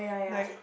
like